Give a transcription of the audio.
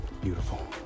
beautiful